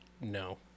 no